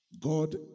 God